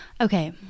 okay